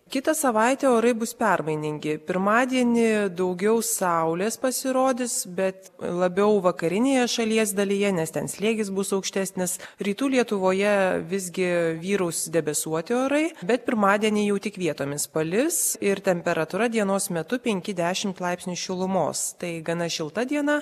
kitą savaitę orai bus permainingi pirmadienį daugiau saulės pasirodys bet labiau vakarinėje šalies dalyje nes ten slėgis bus aukštesnis rytų lietuvoje visgi vyraus debesuoti orai bet pirmadienį jau tik vietomis palis ir temperatūra dienos metu penki dešimt laipsnių šilumos tai gana šilta diena